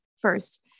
First